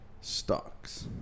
stocks